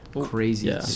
crazy